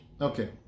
Okay